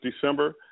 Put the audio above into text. December